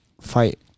fight